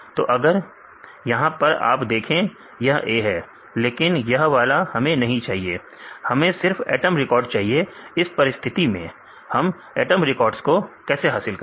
तो अगर यहां पर आप देखे यह A है लेकिन यह वाला हमें नहीं चाहिए हमें सिर्फ एटम रिकॉर्ड चाहिए इस परिस्थिति में हम एटम रिकॉर्ड्स को कैसे हासिल करें